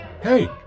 Hey